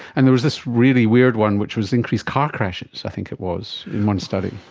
and there was this really weird one which was increased car crashes i think it was in one study.